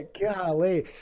golly